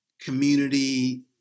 community